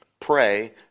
Pray